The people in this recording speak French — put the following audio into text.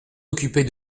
occupée